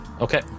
Okay